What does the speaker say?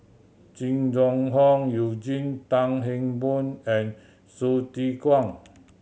Jing Jun Hong Eugene Tan Kheng Boon and Hsu Tse Kwang